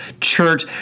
church